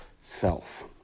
self